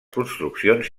construccions